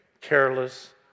careless